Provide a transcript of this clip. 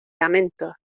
lamentos